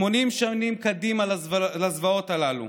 80 שנים קדימה, על הזוועות הללו